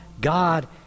God